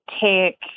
take